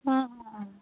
ਹਾਂ ਹਾਂ